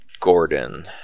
Gordon